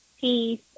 peace